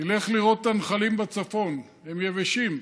ילך לראות את הנחלים בצפון, הם יבשים,